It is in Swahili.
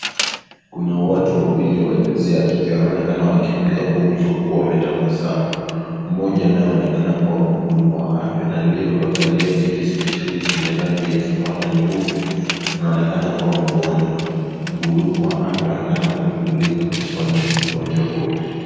Kuna watu wawili wa jinsia ya kike wanaonekana wakipiga gumzo huku wametabasamu. Mmoja anayeonekana kuwa mhudumu wa afya na aliyevakalia kiti spesheli chenye rangi ya samawati na nyeupe, anaonekana kuwa mgonjwa. Mhudumu wa afya anaonekana kumuuliza maswali mgonjwa huyu.